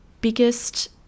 biggest